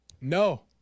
No